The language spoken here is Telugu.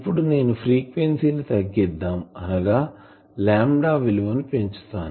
ఇప్పుడు నేను ఫ్రీక్వెన్సీ ని తగ్గిద్దాం అనగా లాంబ్డా విలువ పెంచుతాను